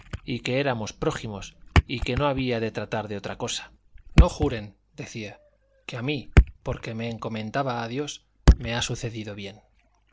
y que éramos prójimos y que no había de tratar de otra cosa no juren decía que a mí porque me encomendaba a dios me ha sucedido bien